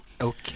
Okay